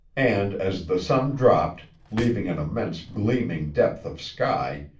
and, as the sun dropped, leaving an immense gleaming depth of sky,